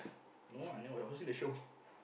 no I never I watching the show